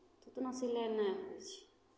तऽ ओतना सिलाइ नहि होइ छै